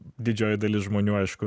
didžioji dalis žmonių aišku